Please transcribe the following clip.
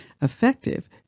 Effective